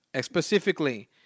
specifically